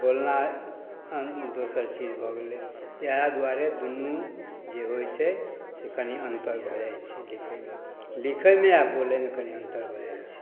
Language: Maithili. बोलनाइ दोसर चीज भऽ गेलै इएह दुआरे दुन्नू जे होइ छै से कनि अन्तर भऽ जाइ छै लिखैमे लिखैमे आओर बोलैमे कनि अन्तर भऽ जाइ छै